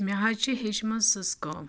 مےٚ حظ چھِ ہیٚچھمٕژ سٕژ کٲم